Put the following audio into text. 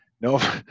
No